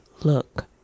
look